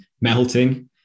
melting